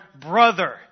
brother